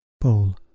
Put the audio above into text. Paul